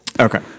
Okay